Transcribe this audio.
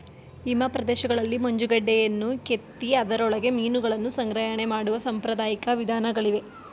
ಹಿಮ ಪ್ರದೇಶಗಳಲ್ಲಿ ಮಂಜುಗಡ್ಡೆಯನ್ನು ಕೆತ್ತಿ ಅದರೊಳಗೆ ಮೀನುಗಳನ್ನು ಸಂಗ್ರಹಣೆ ಮಾಡುವ ಸಾಂಪ್ರದಾಯಿಕ ವಿಧಾನಗಳಿವೆ